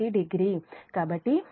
కాబట్టి 0